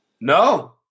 No